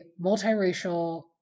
multiracial